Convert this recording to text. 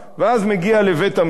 ואז מגיע לבית-המשפט,